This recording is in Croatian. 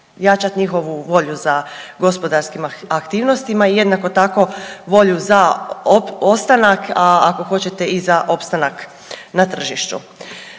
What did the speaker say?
jačat njihovu volju za gospodarskim aktivnostima i jednako tako volju za ostanak, a ako hoćete i za opstanak na tržištu.